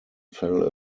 fell